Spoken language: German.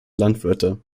landwirte